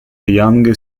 younger